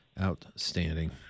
Outstanding